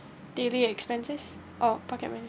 daily expenses or pocket money